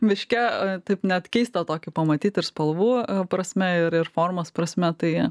miške taip net keista tokį pamatyti ir spalvų prasme ir ir formos prasme tai